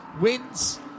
wins